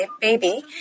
baby